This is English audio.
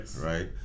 right